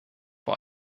vor